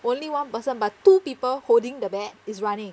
only one person but two people holding the bat is running